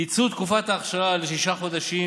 קיצור תקופת האכשרה לשישה חודשים